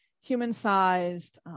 human-sized